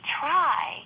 try